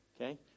okay